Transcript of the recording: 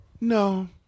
No